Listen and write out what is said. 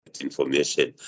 information